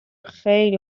خیلی